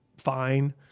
Fine